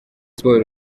sport